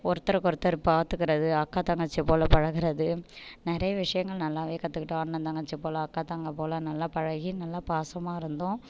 ஒருத்தருக்கு ஒருத்தர் பார்த்துக்கறது அக்கா தங்கச்சியை போல் பழகுறது நிறைய விஷயங்கள் நல்லாவே கற்றுக்கிட்டோம் அண்ணன் தங்கச்சி போல் அக்கா தங்க போல் நல்லா பழகி நல்லா பாசமாக இருந்தோம்